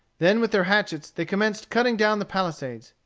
then with their hatchets they commenced cutting down the palisades.